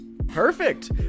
Perfect